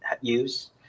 use